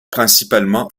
principalement